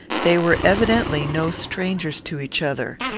they were evidently no strangers to each other.